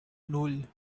nan